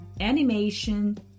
animation